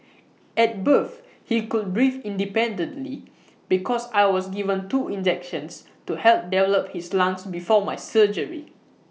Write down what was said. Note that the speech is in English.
at birth he could breathe independently because I was given two injections to help develop his lungs before my surgery